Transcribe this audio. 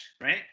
right